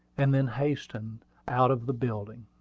and then hastened out of the building.